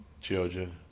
children